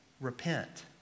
repent